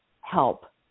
help